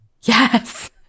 Yes